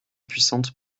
puissante